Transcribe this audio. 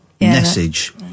message